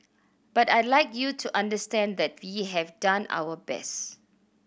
but I'd like you to understand that we have done our best